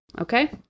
okay